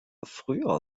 früher